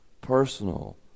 personal